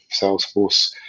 salesforce